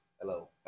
Hello